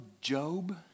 Job